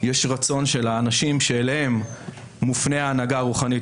יש רצון של האנשים שאליהם מופנית ההנהגה הרוחנית,